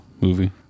movie